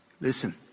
listen